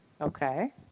Okay